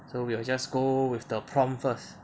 so we will just go with the prompt first